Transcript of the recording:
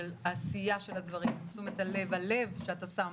העשייה של הדברים, תשומת הלב והלב שאתה שם